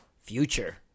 Future